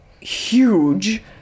huge